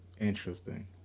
Interesting